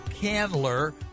Candler